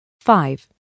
Five